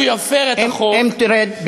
ומצהיר שהוא יפר את החוק, תרד מהדוכן.